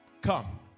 come